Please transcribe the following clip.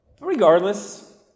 Regardless